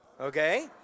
okay